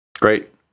Great